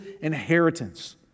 inheritance